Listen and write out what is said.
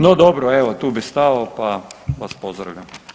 No, dobro evo tu bi stao, pa vas pozdravljam.